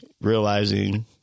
realizing